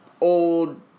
old